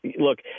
look